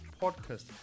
podcast